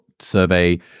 survey